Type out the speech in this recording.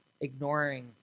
ignoring